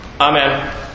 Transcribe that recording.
Amen